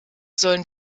sollen